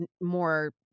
more